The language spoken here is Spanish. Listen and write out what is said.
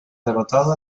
derrotado